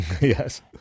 Yes